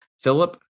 Philip